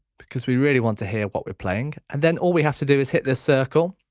because we really want to hear what we're playing and then all we have to do is hit this circle